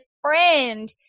friend